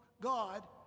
God